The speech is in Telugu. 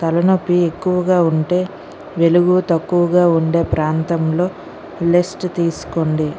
తలనొప్పి ఎక్కువగా ఉంటే వెలుగు తక్కువగా ఉండే ప్రాంతంలో రెస్ట్ తీసుకోండి